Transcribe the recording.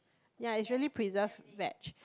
yea it's really preserved veg